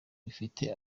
bifite